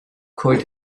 could